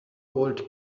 old